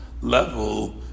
level